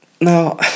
Now